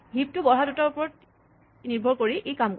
heap টো বঢ়া তুতাৰ ওপৰত নিৰ্ভৰ কৰি ই কাম কৰিব